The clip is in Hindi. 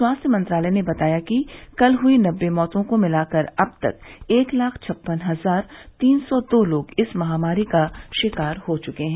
स्वास्थ्य मंत्रालय ने बताया कि कल हुई नव्वे मौतों को मिलाकर अब तक एक लाख छप्पन हजार तीन सौ दो लोग इस महामारी का शिकार हो चुके हैं